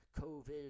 COVID